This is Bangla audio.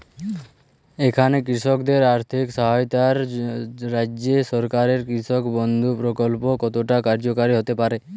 এখানে কৃষকদের আর্থিক সহায়তায় রাজ্য সরকারের কৃষক বন্ধু প্রক্ল্প কতটা কার্যকরী হতে পারে?